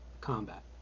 combat